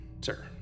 sir